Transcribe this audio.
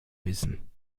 wissen